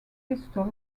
pistol